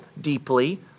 deeply